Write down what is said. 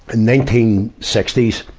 and nineteen sixty s,